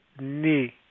knee